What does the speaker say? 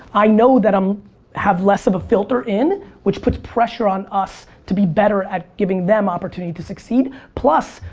i know that i um have less of a filter in. which puts pressure on us to be better at giving them opportunity to succeed. plus,